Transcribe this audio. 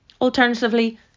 Alternatively